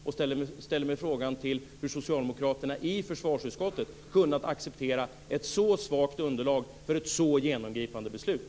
Jag ställer mig frågande till hur socialdemokraterna i försvarsutskottet kunnat acceptera ett så svagt underlag för ett så genomgripande beslut.